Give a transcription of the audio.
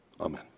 Amen